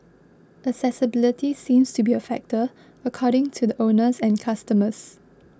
accessibility seems to be a factor according to the owners and customers